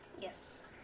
Yes